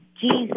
Jesus